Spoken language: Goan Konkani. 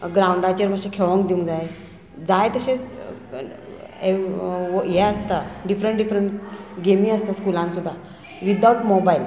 ग्रावंडाचेर मातशें खेळोंक दिवंक जाय जाय तशेंच हें आसता डिफरंट डिफरंट गेमी आसता स्कुलान सुद्दां विदावट मोबायल